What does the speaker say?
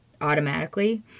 automatically